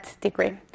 degree